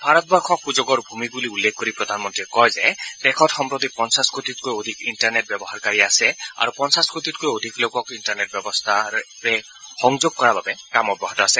ভাৰতবৰ্যক সূযোগৰ ভূমি বুলি উল্লেখ কৰি প্ৰধানমন্ত্ৰীয়ে কয় যে দেশত সম্প্ৰতি পঞ্চাশ কোটিতকৈ অধিক ইণ্টাৰনেট ব্যৱহাৰ হৈ আছে আৰু বাকী পঞ্চাশ কোটি লোকক ইণ্টাৰনেট ব্যৱস্থাৰে সংযোগ কৰাৰ বাবে কাম অব্যাহত আছে